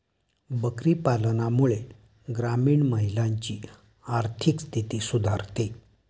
बकरी पालनामुळे ग्रामीण महिलांची आर्थिक स्थिती सुधारते